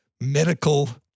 medical